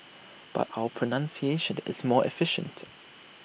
but our pronunciation is more efficient